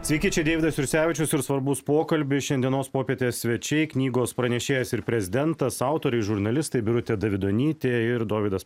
sveiki čia deividas jursevičius ir svarbus pokalbis šiandienos popietės svečiai knygos pranešėjas ir prezidentas autoriai žurnalistai birutė davidonytė ir dovydas